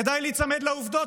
כדאי להיצמד לעובדות.